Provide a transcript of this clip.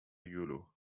rigolo